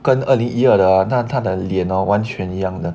跟二零一二 hor 那她的脸 hor 完全一样的